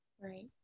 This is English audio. Right